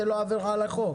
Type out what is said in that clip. זה לא עבירה על החוק.